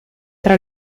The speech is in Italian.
tra